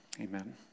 Amen